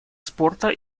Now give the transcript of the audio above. спорта